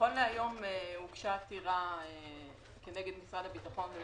נכון להיום הוגשה עתירה כנגד משרד הביטחון,